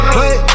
Play